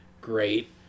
great